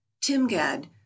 timgad